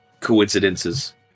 coincidences